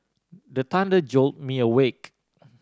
the thunder jolt me awake